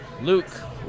Luke